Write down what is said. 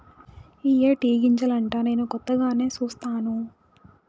ఇయ్యే టీ గింజలంటా నేను కొత్తగానే సుస్తాను